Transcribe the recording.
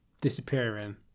disappearing